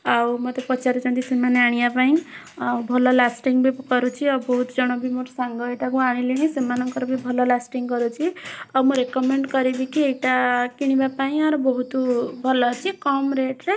ଆଉ ମୋତେ ପଚାରୁଛନ୍ତି ସେମାନେ ଆଣିବା ପାଇଁ ଆଉ ଭଲ ଲାଷ୍ଟିଙ୍ଗ୍ ବି କରୁଛି ଆଉ ବହୁତ ଜଣ'ବି ମୋର ସାଙ୍ଗ ଏଇଟାକୁ ଆଣିଲେଣି ସେମାନଙ୍କର ବି ଭଲ ଲାଷ୍ଟିଙ୍ଗ୍ କରୁଛି ଆଉ ମୁଁ ରେକମେଣ୍ଡ୍ କରିବିକି ଏଇଟା କିଣିବା ପାଇଁ ଆର ବହୁତ ଭଲ ଅଛି କମ୍ ରେଟ୍ ରେ